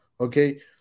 Okay